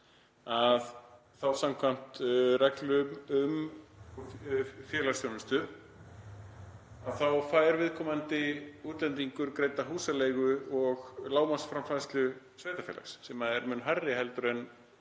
neyð þá samkvæmt reglu um félagsþjónustu fær viðkomandi útlendingur greidda húsaleigu og lágmarksframfærslu sveitarfélags sem er mun hærri en er